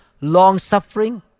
long-suffering